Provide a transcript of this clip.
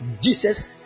Jesus